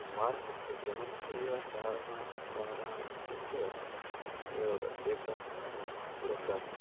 बारतस्य जनप्रियचारणस्थानम् इत्युक्ते एकं कोडचाद्रि